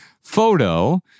photo